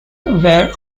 where